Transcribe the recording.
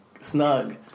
snug